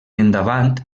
endavant